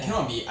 !wah!